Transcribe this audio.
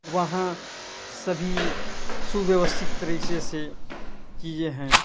वहाँ सभी सुव्यवस्थित तरीके से चीज़ें हैं